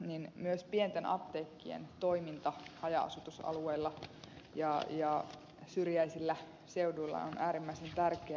niin myös pienten apteekkien toiminta haja asutusalueilla ja syrjäisillä seuduilla on äärimmäisen tärkeää